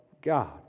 God